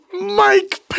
Mike